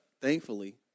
thankfully